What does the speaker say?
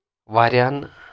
واریاہَن